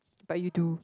but you do